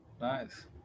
Nice